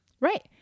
Right